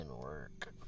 work